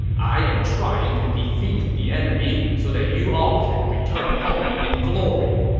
i am trying to defeat the enemy so that you all can return home in glory.